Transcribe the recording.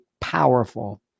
powerful